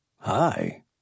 Hi